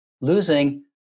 losing